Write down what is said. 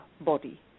body